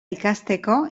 ikasteko